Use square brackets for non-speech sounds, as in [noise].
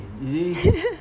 [laughs]